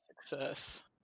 success